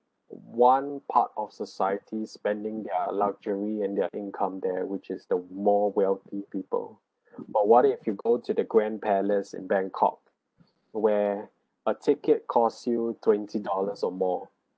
one part of society spending their luxury and their income there which is the more wealthy people but what if you go to the grand palace in bangkok where a ticket cost you twenty dollars or more